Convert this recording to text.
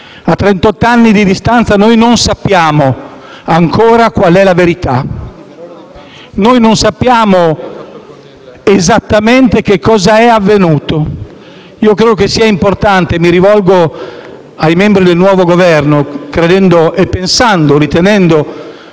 anni di distanza noi non sappiamo ancora qual è la verità; noi non sappiamo esattamente che cosa è avvenuto. Io credo che sia importante - mi rivolgo ai membri del nuovo Governo, pensando e ritenendo